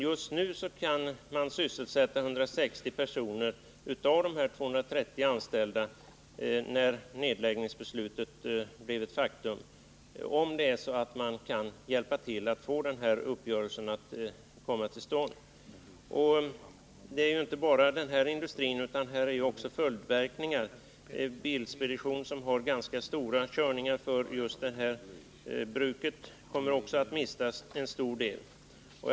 Just nu kan dock 160 av dessa 230 personer sysselsättas, om regeringen kan hjälpa till att få till stånd denna uppgörelse. Problemen gäller inte bara Emsfors bruk, utan en nedläggning får följdverkningar. Bilspedition, som har ganska stora körningar för detta bruk, kommer också att mista en stor del av sina uppdrag.